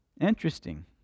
Interesting